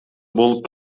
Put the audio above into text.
болуп